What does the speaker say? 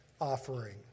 offering